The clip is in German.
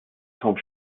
kaum